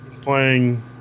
Playing